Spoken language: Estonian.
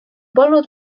polnud